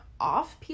off